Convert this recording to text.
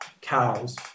cows